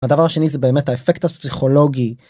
הדבר השני זה באמת האפקט הפסיכולוגי.